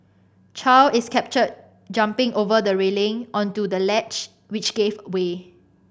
Chow is captured jumping over the railing onto the ledge which gave way